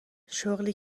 شغلی